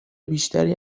بیشتری